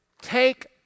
Take